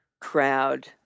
crowd